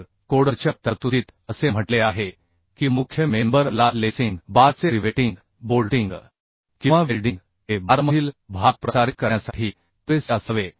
तर कोडरच्या तरतुदीत असे म्हटले आहे की मुख्य मेंबर ला लेसिंग बारचे रिवेटिंग बोल्टिंगकिंवा वेल्डिंग हे बारमधील भार प्रसारित करण्यासाठी पुरेसे असावे